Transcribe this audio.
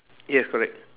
yes correct